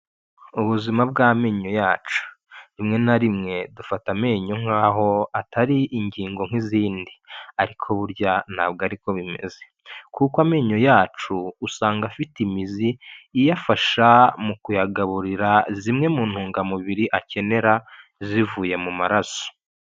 Ubuzima bw'amenyo yacu, rimwe na rimwe dufata amenyo nk'aho atari ingingo nk'izindi; ariko burya ntabwo ari bimeze kuko amenyo yacu usanga afite imizi iyafasha mu kuyagaburira zimwe mu ntungamubiri akenera zivuye mu maraso.